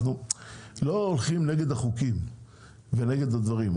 אנחנו לא הולכים נגד החוקים ונגד הדברים,